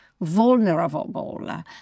vulnerable